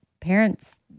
parents